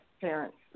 parents